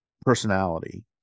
personality